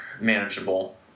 manageable